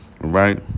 right